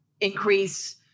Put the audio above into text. increase